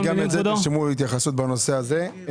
מירי, גם את זה תרשמו להתייחסות בנושא הזה.